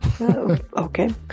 okay